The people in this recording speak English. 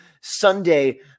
Sunday